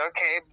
Okay